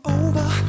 over